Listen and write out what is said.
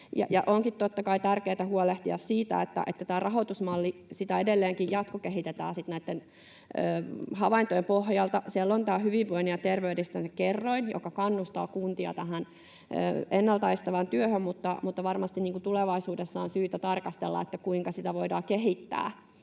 Onkin totta kai tärkeätä huolehtia siitä, että tätä rahoitusmallia edelleenkin jatkokehitetään näitten havaintojen pohjalta. Siellä on tämä hyvinvoinnin ja terveyden edistämisen kerroin, joka kannustaa kuntia tähän ennaltaestävään työhön, mutta varmasti tulevaisuudessa on syytä tarkastella, kuinka sitä voidaan kehittää,